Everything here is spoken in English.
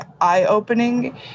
eye-opening